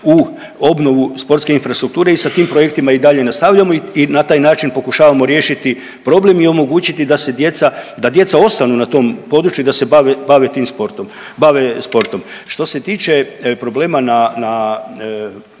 u obnovu sportske infrastrukture i sa tim projektima i dalje nastavljamo i na taj način pokušavamo riješiti problem i omogućiti da se djeca, da djeca ostanu na tom području i da se bave tim sportom, bave sportom. Što se tiče problema na